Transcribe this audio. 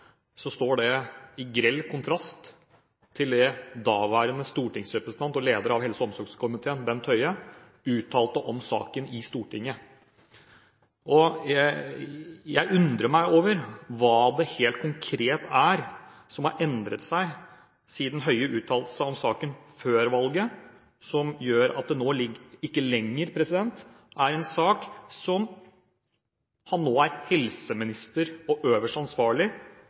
står det i grell kontrast til det daværende stortingsrepresentant og leder av helse- og omsorgskomiteen, Bent Høie, uttalte om saken i Stortinget. Jeg undrer meg over hva det helt konkret er som har endret seg siden Høie uttalte seg om saken før valget, som gjør at dette ikke lenger er en sak som han nå – som helseminister og